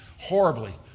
horribly